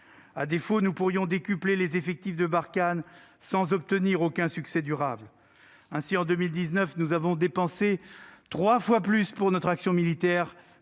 À défaut, nous pourrions décupler les effectifs de Barkhane sans obtenir aucun succès durable. Ainsi, en 2019, nous avons dépensé environ trois fois plus pour notre action militaire